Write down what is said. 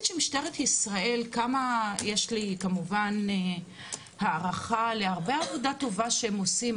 למשטרת ישראל יש לי כמובן הערכה להרבה עבודה טובה שהם עושים.